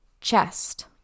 Chest